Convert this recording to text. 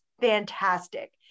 fantastic